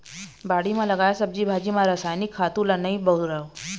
बाड़ी म लगाए सब्जी भाजी म रसायनिक खातू ल नइ बउरय